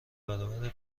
برابر